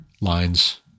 lines